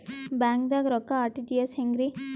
ಬ್ಯಾಂಕ್ದಾಗ ರೊಕ್ಕ ಆರ್.ಟಿ.ಜಿ.ಎಸ್ ಹೆಂಗ್ರಿ?